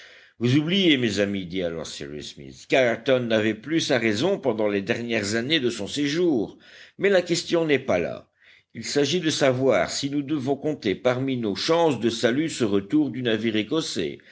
vous oubliez mes amis dit alors cyrus smith qu'ayrton n'avait plus sa raison pendant les dernières années de son séjour mais la question n'est pas là il s'agit de savoir si nous devons compter parmi nos chances de salut ce retour du navire écossais